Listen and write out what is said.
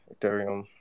Ethereum